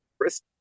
Chris